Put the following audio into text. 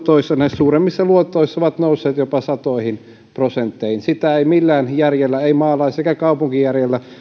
suuremmissa luotoissa ovat nousseet jopa satoihin prosentteihin sitä ei millään järjellä ei maalais eikä kaupunkijärjellä